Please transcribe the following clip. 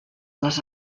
les